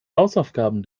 hausaufgaben